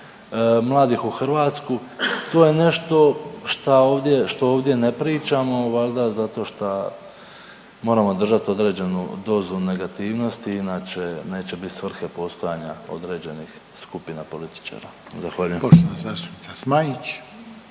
mladih u Hrvatsku. To je nešto što ovdje ne pričamo valjda zato šta moramo držati određenu dozu negativnosti inače neće biti svrhe postojanja određenih skupina političara. Zahvaljujem.